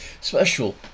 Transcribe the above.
special